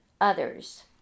others